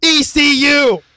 ECU